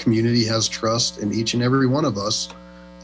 community has trust in each and every one of us